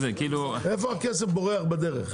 איפה הכסף הזה בורח בדרך?